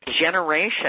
generation